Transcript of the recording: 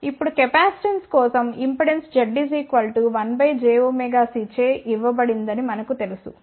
ఇప్పుడు కెపాసిటెన్స్ కోసం impedance Z 1 jωc చే ఇవ్వబడిందని మనకు తెలుసు సరే